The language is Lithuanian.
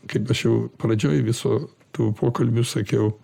kaip aš jau pradžioj viso to pokalbių sakiau